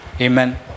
Amen